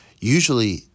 Usually